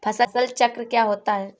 फसल चक्र क्या होता है?